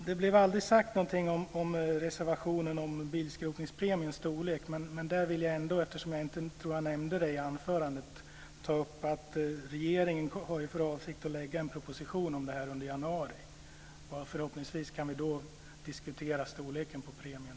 Det blev aldrig sagt någonting om reservationen om bilskrotningspremiens storlek, men eftersom jag inte tog upp det i anförandet vill jag ändå nämna att regeringen har för avsikt att lägga en proposition om det i januari. Förhoppningsvis kan vi då diskutera storleken på premien.